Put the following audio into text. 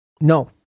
No